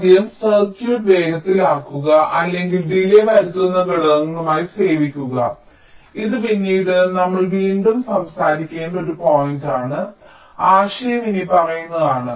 ആദ്യം സർക്യൂട്ട് വേഗത്തിലാക്കുക അല്ലെങ്കിൽ ഡിലേയ് വരുത്തുന്ന ഘടകങ്ങളായി സേവിക്കുക ഇത് പിന്നീട് നമ്മൾ വീണ്ടും സംസാരിക്കേണ്ട ഒരു പോയിന്റാണ് ആശയം ഇനിപ്പറയുന്നതാണ്